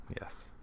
Yes